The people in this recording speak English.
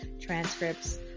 transcripts